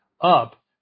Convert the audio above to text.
Up